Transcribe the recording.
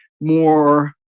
more